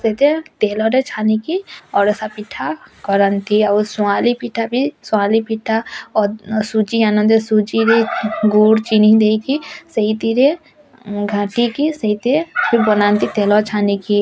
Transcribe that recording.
ସେଇଟା ତେଲରେ ଛାନିକି ଅଡ଼ସା ପିଠା କରନ୍ତି ଆଉ ସୁଆଁରୀ ପିଠା ବି ସୁଆଁଳି ପିଠା ସୁଜି ଆଣନ୍ତି ସୁଜିରେ ଗୁଡ଼ ଚିନି ଦେଇକି ସେଇତିରେ ଘାଣ୍ଟିକି ସେଇତିରେ ବନାନ୍ତି ତେଲ ଛାନିକି